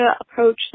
approach